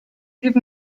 give